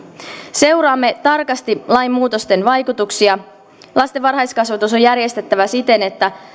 seuraamme tarkasti lain muutosten vaikutuksia lasten varhaiskasvatus on järjestettävä siten että